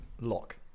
lock